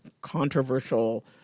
controversial